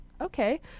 Okay